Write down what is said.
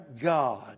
God